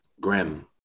grim